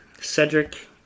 Cedric